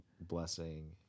blessing